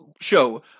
show